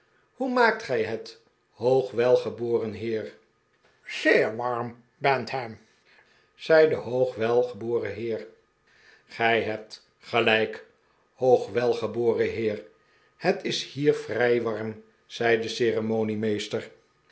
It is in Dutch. hoe maakt gij het hoogwelgeboren heer zeew wawm bantam zei de hoogwelgeboren heer gij hebt gelijk hoogwelgeboren heer het is hier vrij warm zei de ceremoniemeester